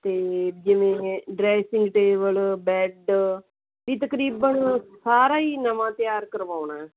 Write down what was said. ਅਤੇ ਜਿਵੇਂ dressing table bed ਜੀ ਤਕਰੀਬਨ ਸਾਰਾ ਹੀ ਨਵਾਂ ਤਿਆਰ ਕਰਵਾਉਣਾ